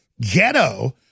ghetto